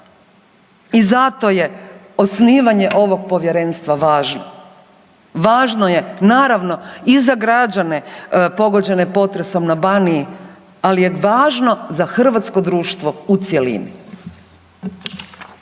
I zato je osnivanje ovog povjerenstva važno. Važno je naravno i za građane pogođene potresom na Baniji, ali je važno za hrvatsko društvo u cjelini.